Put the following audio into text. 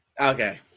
Okay